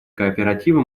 кооперативы